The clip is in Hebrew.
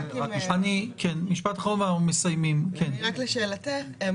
רק לשאלתך,